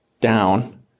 down